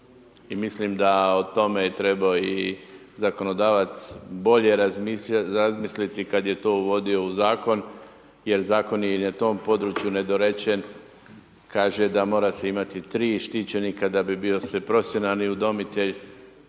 i mislim da o tome je trebao i zakonodavac bolje razmisliti kada je to uvodio u Zakon jer Zakon je i na tom području nedorečen, kaže da mora se imati 3 štićenika da bi se bio profesionalni udomitelj.